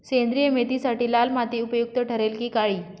सेंद्रिय मेथीसाठी लाल माती उपयुक्त ठरेल कि काळी?